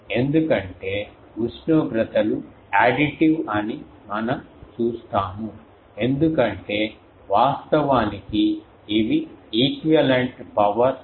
ఎందుకంటే ఉష్ణోగ్రతలు అడిటివ్ అని మనం చూస్తాము ఎందుకంటే వాస్తవానికి ఇవి ఈక్వివాలెంట్ పవర్